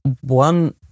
one